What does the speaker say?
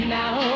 now